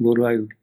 vaera yerovia